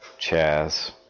Chaz